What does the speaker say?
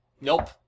Nope